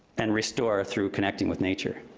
and restore through connecting with nature.